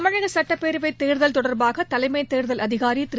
தமிழக சுட்டப்பேரவை தேர்தல் தொடர்பாக தலைமைத் தேர்தல் அதிகாரி திரு